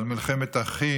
על מלחמת אחים,